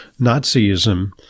Nazism